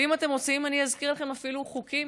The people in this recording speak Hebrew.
ואם אתם רוצים, אני אזכיר לכם אפילו חוקים